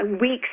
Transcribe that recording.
weeks